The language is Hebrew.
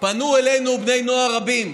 פנו אלינו בני נוער רבים,